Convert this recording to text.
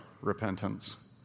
repentance